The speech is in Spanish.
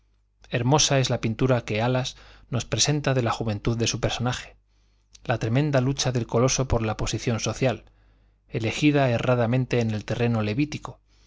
hermosa es la pintura que alas nos presenta de la juventud de su personaje la tremenda lucha del coloso por la posición social elegida erradamente en el terreno levítico